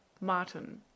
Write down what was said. Martin